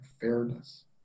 fairness